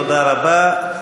תודה רבה,